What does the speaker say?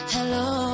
Hello